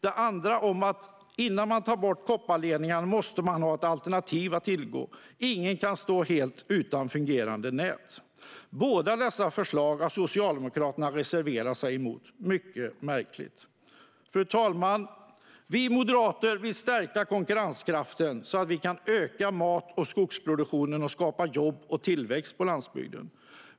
Det andra handlar om att man, innan man tar bort kopparledningarna, måste ha ett alternativ att tillgå. Ingen kan stå helt utan fungerande nät. Socialdemokraterna har reserverat sig mot båda dessa förslag, vilket är mycket märkligt. Fru talman! Vi moderater vill stärka konkurrenskraften, så att vi kan öka mat och skogsproduktionen och skapa jobb och tillväxt på landsbygden.